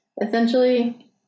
essentially